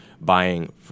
buying